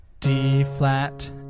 D-flat